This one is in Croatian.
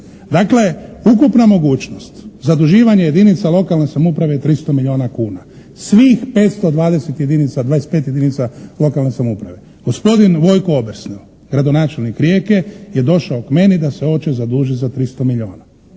Dakle ukupna mogućnost zaduživanje jedinica lokalne samouprave je 300 milijuna kuna, svih 525 jedinica lokalne samouprave, gospodin Vojko Obesnel, gradonačelnik Rijeke je došao k meni da se hoće zadužiti za 300 milijuna.